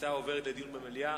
ההצעה עוברת לדיון במליאה.